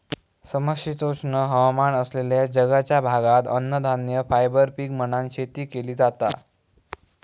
समशीतोष्ण हवामान असलेल्या जगाच्या भागात अन्नधान्य, फायबर पीक म्हणान शेती केली जाता